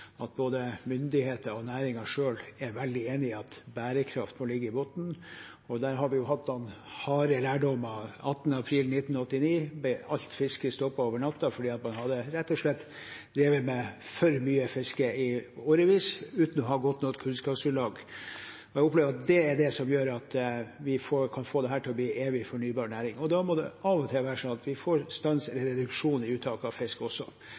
at både myndigheter og næringen selv er veldig enige om at bærekraft må ligge i bunnen. Der har vi hatt noen harde lærdommer. Den 18. april 1989 ble alt fiske stoppet over natten fordi man rett og slett hadde drevet med for mye fiske i årevis uten å ha godt nok kunnskapsgrunnlag. Jeg opplever at det er det som gjør at vi kan få dette til å bli en evig fornybar næring. Da må det av og til være sånn at vi får stans eller reduksjon i uttaket av fisk,